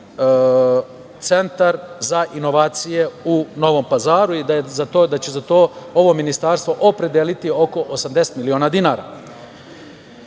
centar za inovacije u Novom Pazaru i da će za to ovo ministarstvo opredeliti oko 80.000.000 dinara. Ovim